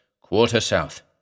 quarter-south